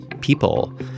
people